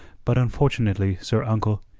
but unfortunately, sir uncle,